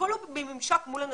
הכול בממשק מול אנשים.